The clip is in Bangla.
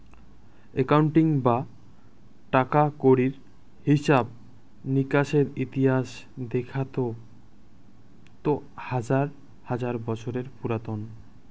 একাউন্টিং বা টাকা কড়ির হিছাব নিকেসের ইতিহাস দেখাত তো হাজার হাজার বছর পুরাতন